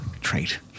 trait